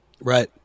Right